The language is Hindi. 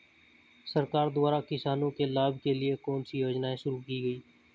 सरकार द्वारा किसानों के लाभ के लिए कौन सी योजनाएँ शुरू की गईं?